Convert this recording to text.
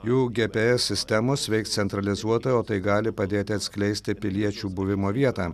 jų gė pė es sistemos veiks centralizuotai o tai gali padėti atskleisti piliečių buvimo vietą